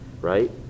right